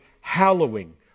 hallowing